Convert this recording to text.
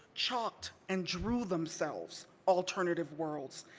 chalked and drew themselves alternative worlds,